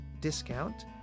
discount